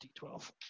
D12